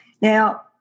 Now